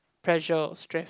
pressure or stress